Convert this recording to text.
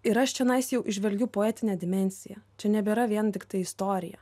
ir aš čionais jau įžvelgiu poetinę dimensiją čia nebėra vien tiktai istorija